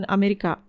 America